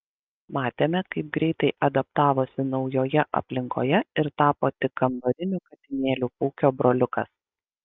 matėme kaip greitai adaptavosi naujoje aplinkoje ir tapo tik kambariniu katinėliu pūkio broliukas